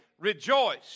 rejoice